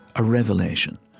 a revelation.